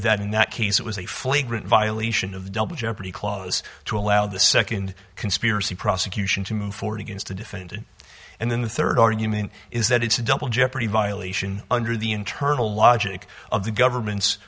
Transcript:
that in that case it was a flagrant violation of the double jeopardy clause to allow the second conspiracy prosecution to move forward against a defendant and then the third argument is that it's a double jeopardy violation under the internal logic of the government's